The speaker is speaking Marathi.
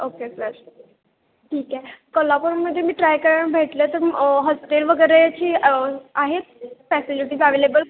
ओके सर ठीक आहे कोल्हापूरमध्ये मी ट्राय करा भेटलं तर हॉस्टेल वगेरेची आहेत फॅसिलिटीज अवेलेबल